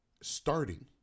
starting